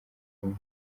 rumwe